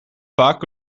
vaak